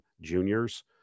juniors